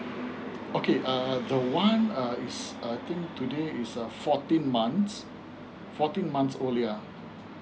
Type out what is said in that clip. okay uh the one uh is uh I think today is uh fourteen months fourteen months old ya